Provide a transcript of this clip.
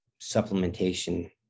supplementation